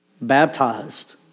Baptized